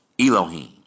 Elohim